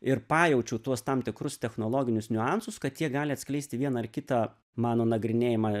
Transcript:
ir pajaučiau tuos tam tikrus technologinius niuansus kad jie gali atskleisti vieną ar kitą mano nagrinėjamą